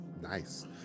nice